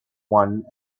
one